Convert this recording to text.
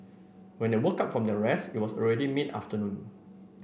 when they woke up from their rest it was already mid afternoon